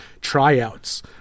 tryouts